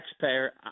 taxpayer